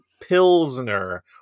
Pilsner